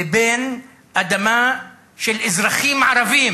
לבין אדמה של אזרחים ערבים